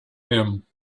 him